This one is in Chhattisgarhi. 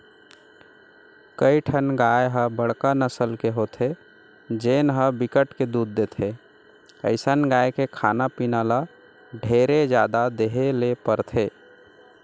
कइठन गाय ह बड़का नसल के होथे जेन ह बिकट के दूद देथे, अइसन गाय के खाना पीना ल ढेरे जादा देहे ले परथे